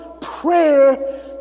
prayer